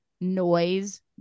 noise